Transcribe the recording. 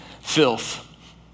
Filth